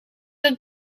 dat